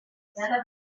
frare